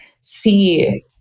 see